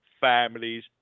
families